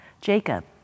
Jacob